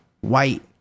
White